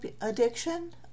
addiction